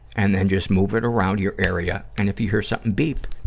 and then just move it around your area. and if you hear something beep,